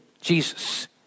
Jesus